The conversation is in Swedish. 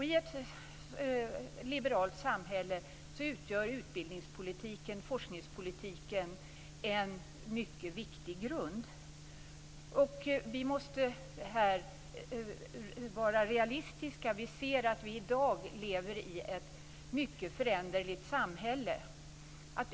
I ett liberalt samhälle utgör utbildningspolitiken och forskningspolitiken en mycket viktig grund. Vi måste här vara realistiska. Vi ser att vi i dag lever i ett mycket föränderligt samhälle.